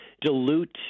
dilute